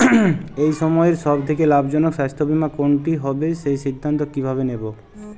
এই সময়ের সব থেকে লাভজনক স্বাস্থ্য বীমা কোনটি হবে সেই সিদ্ধান্ত কীভাবে নেব?